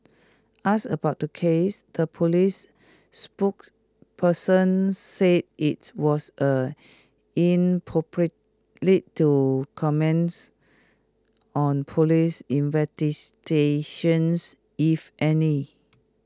asked about the case the Police spokesperson said IT was A to comments on Police investigations if any